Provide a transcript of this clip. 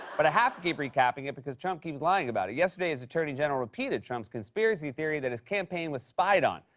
but i have to keep recapping it because trump keeps lying about it. yesterday, his attorney general repeated trump's conspiracy theory that his campaign was spied on.